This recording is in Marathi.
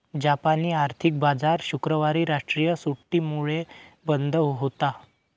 जापानी आर्थिक बाजार शुक्रवारी राष्ट्रीय सुट्टीमुळे बंद होता